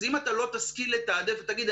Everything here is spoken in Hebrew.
אם אתה לא תשכיל לתעדף ותגיד,